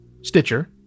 Stitcher